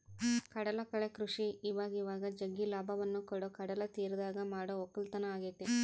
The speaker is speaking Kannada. ಕಡಲಕಳೆ ಕೃಷಿ ಇವಇವಾಗ ಜಗ್ಗಿ ಲಾಭವನ್ನ ಕೊಡೊ ಕಡಲತೀರದಗ ಮಾಡೊ ವಕ್ಕಲತನ ಆಗೆತೆ